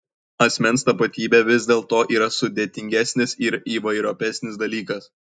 asmens tapatybė vis dėlto yra sudėtingesnis ir įvairiopesnis dalykas